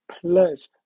plus